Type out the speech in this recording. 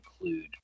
include